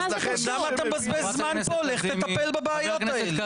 מה בין זה לבין ההצעה?